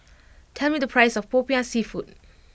tell me the price of Popiah Seafood